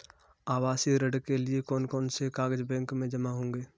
आवासीय ऋण के लिए कौन कौन से कागज बैंक में जमा होंगे?